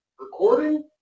recording